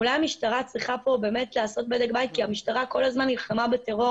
אולי המשטרה צריכה לעשות בדק בית כי המשטרה כל הזמן נלחמה בטרור